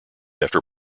after